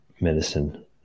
medicine